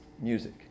music